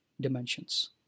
dimensions